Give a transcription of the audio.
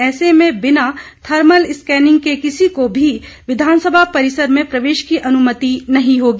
ऐसे में बिना थर्मल स्कैनिंग के किसी को भी विधानसभा परिसर में प्रवेश की अनुमति नहीं होगी